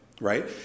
right